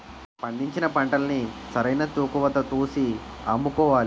పండించిన పంటల్ని సరైన తూకవతో తూసి అమ్ముకోవాలి